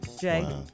Jay